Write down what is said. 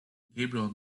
gabriel